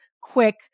quick